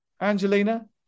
Angelina